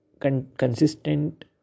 consistent